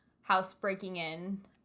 house-breaking-in